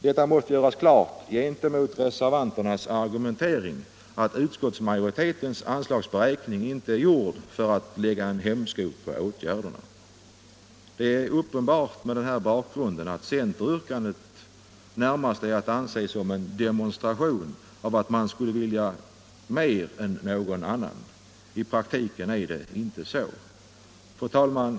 Det måste göras klart - gentemot reservanternas argumentering — att utskottsmajoritetens anslagsberäkning inte är gjord för att lägga en hämsko på åtgärderna. Det är uppenbart att centeryrkandet med den här bakgrunden närmast är att anse som en demonstration av att centern skulle vilja mer än någon annan. I praktiken är det inte så. Fru talman!